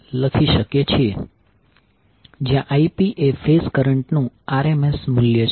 જ્યાં Ip એ phase કરંટનું rms મૂલ્ય છે